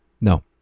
No